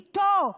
איתו.